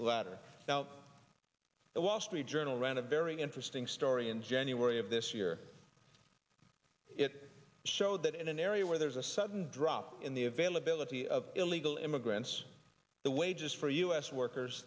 ladder now the wall street journal ran a very interesting story in january of this year it showed that in an area where there's a sudden drop in the availability of illegal immigrants the wages for u s workers